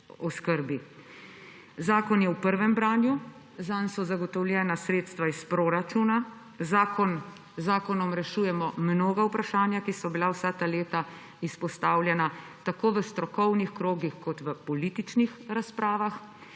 Zakon je v prvem branju. Zanj so zagotovljena sredstva iz proračuna. Z zakonom rešujemo mnoga vprašanja, ki so bila vsa ta leta izpostavljena tako v strokovnih krogih kot v političnih razpravah.